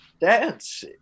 dance